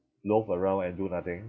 loaf around and do nothing